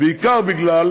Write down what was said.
בעיקר בגלל